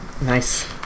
Nice